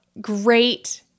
Great